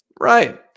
Right